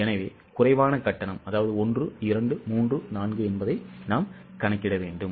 எனவே குறைவான கட்டணம் 1 2 3 4 என்பதை நாம் கணக்கிட வேண்டும்